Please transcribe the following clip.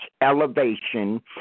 elevation